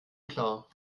klar